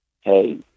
hey